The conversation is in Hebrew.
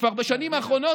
כבר בשנים האחרונות,